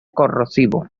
corrosivo